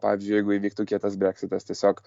pavyzdžiui jeigu įvyktų kietas breksitas tiesiog